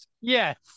Yes